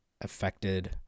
affected